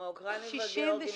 האוקראינים והגאורגים לא ביקשו.